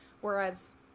Whereas